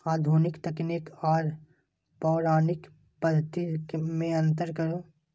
आधुनिक तकनीक आर पौराणिक पद्धति में अंतर करू?